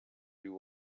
you